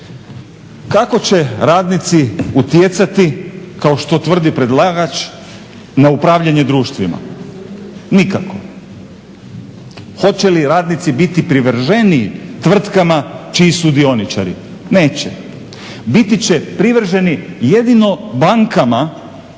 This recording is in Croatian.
Kako će radnici utjecati, kao što tvrdi predlagač na upravljanje društvima? Nikako. Hoće li radnici biti privrženiji tvrtkama čiji su dioničari? Neće, biti će privrženi jedino bankama